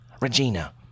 Regina